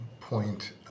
point